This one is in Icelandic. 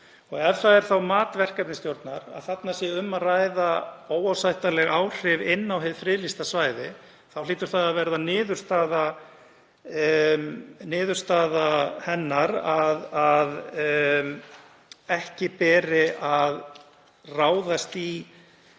Ef það er þá mat verkefnisstjórnar að þarna sé um að ræða óásættanleg áhrif inn á hið friðlýsta svæði þá hlýtur það að verða niðurstaða hennar að ekki beri að ráðast í